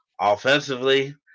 Offensively